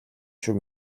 шүү